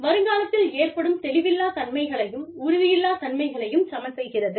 வருங்காலத்தில் ஏற்படும் தெளிவில்லா தன்மைகளையும் உறுதியில்லாத் தன்மைகளையும் சமன்செய்கிறது